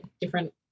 different